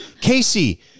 Casey